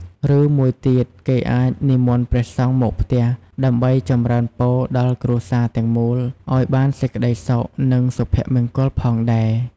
ឬមួយទៀតគេអាចនិមន្តព្រះសង្ឃមកផ្ទះ ដើម្បីចម្រើនពរដល់គ្រួសារទាំងមូលឱ្យបានសេចក្ដីសុខ និងសុភមង្គលផងដែរ។